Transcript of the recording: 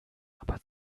aber